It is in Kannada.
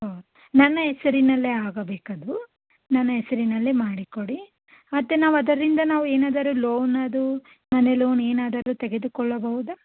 ಹ್ಞೂ ನನ್ನ ಹೆಸರಿನಲ್ಲೇ ಆಗಬೇಕದು ನನ್ನ ಹೆಸರಿನಲ್ಲೆ ಮಾಡಿಕೊಡಿ ಮತ್ತೆ ನಾವು ಅದರಿಂದ ನಾವು ಏನಾದರು ಲೋನ್ ಅದು ಮನೆ ಲೋನ್ ಏನಾದರೂ ತೆಗೆದುಕೊಳ್ಳಬಹುದಾ